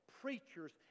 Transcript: preachers